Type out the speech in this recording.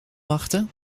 wachten